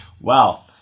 Wow